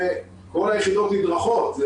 כל היחידות נדרכות,